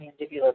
mandibular